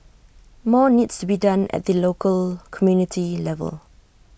more needs to be done at the local community level